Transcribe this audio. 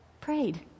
Prayed